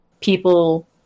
people